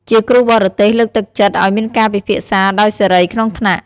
ជាគ្រូបរទេសលើកទឹកចិត្តឲ្យមានការពិភាក្សាដោយសេរីក្នុងថ្នាក់។